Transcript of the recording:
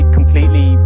completely